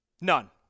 none